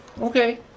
okay